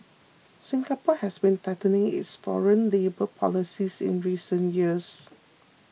Singapore has been tightening its foreign labour policies in recent years